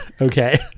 Okay